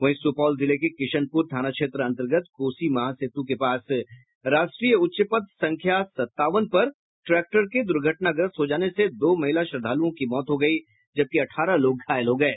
वहीं सुपौल जिले के किसनपुर थाना क्षेत्र अंतर्गत कोसी महासेतु के पास राष्ट्रीय उच्चपथ संख्या सतावन पर ट्रैक्टर के दुर्घटनाग्रस्त हो जाने से दो महिला श्रद्धालुओं की मौत हो गयी जबकि अठारह लोग घायल हो गये